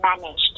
managed